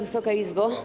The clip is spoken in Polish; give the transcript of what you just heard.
Wysoka Izbo!